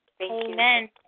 Amen